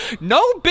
No